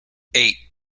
eight